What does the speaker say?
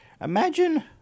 Imagine